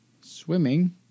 Swimming